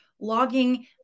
logging